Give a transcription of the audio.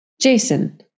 Jason